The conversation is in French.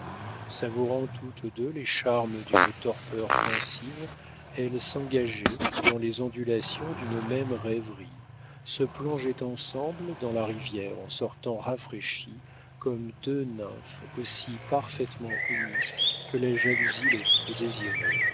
savourant toutes deux les charmes d'une torpeur pensive elles s'engageaient dans les ondulations d'une même rêverie se plongeaient ensemble dans la rivière en sortaient rafraîchies comme deux nymphes aussi parfaitement unies que la jalousie le peut désirer